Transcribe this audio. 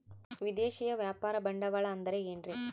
ವಿದೇಶಿಯ ವ್ಯಾಪಾರ ಬಂಡವಾಳ ಅಂದರೆ ಏನ್ರಿ?